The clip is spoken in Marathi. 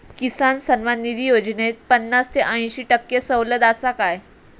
किसान सन्मान निधी योजनेत पन्नास ते अंयशी टक्के सवलत आसा काय?